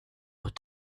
but